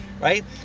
Right